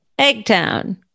Eggtown